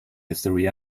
history